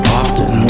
often